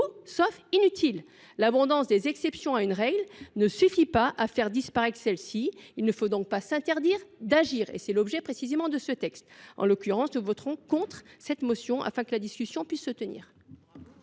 sauf inutile. L’abondance des exceptions à une règle ne suffit pas à faire disparaître celle ci. Il ne faut pas s’interdire d’agir. Or tel est l’objet de ce texte. Nous voterons donc contre cette motion, afin que la discussion puisse se tenir.